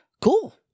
Cool